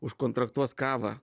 užkontraktuos kavą